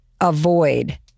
avoid